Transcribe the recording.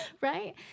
right